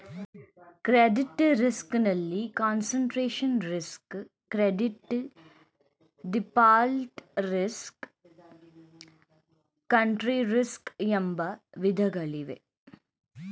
credit risk ನಲ್ಲಿ concentration risk, credit default risk, country risk ಎಂಬ ವಿಧಗಳಿವೆ